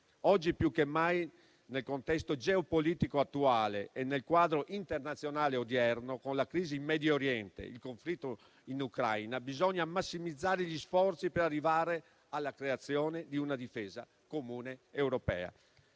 Oggi più che mai nel contesto geopolitico attuale e nel quadro internazionale odierno, con la crisi in Medio Oriente e il conflitto in Ucraina, bisogna massimizzare gli sforzi per arrivare alla creazione di una difesa comune europea.